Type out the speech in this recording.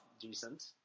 decent